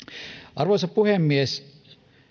arvoisa puhemies